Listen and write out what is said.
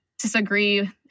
disagree